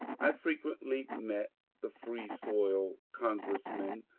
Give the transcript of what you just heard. i frequently met the freesoil congressmen,